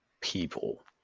people